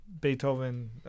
Beethoven